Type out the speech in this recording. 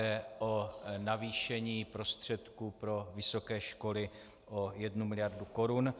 Jde o navýšení prostředků pro vysoké školy o 1 mld. korun.